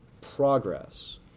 progress